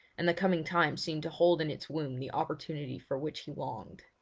and the coming time seemed to hold in its womb the opportunity for which he longed.